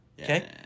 Okay